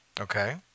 Okay